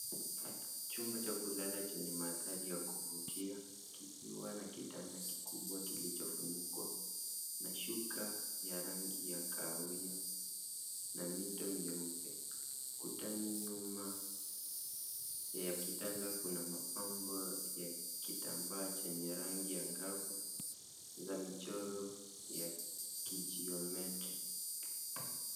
Chumba cha kulala chenye mandhari ya kuvutia, kikiwa na kitanda kikubwa kilichofunikwa na shuka ya rangi ya kahawia na mito mieupe. Kutani nyuma ya kitanda kuna mapambo ya kitambaa chenye rangi angavu za michoro ya kijiometri.